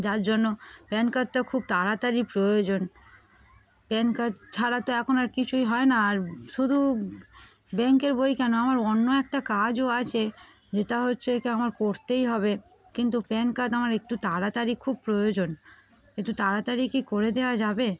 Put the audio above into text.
যার জন্য প্যান কার্ডটা খুব তাড়াতাড়ি প্রয়োজন প্যান কার্ড ছাড়া তো এখন আর কিছুই হয় না আর শুধু ব্যাংকের বই কেন আমার অন্য একটা কাজও আছে যেটা হচ্ছে কি আমার করতেই হবে কিন্তু প্যান কার্ড আমার একটু তাড়াতাড়ি খুব প্রয়োজন একটু তাড়াতাড়িই করে দেওয়া যাবে